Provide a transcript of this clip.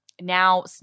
now